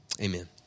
Amen